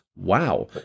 Wow